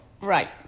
Right